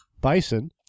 Bison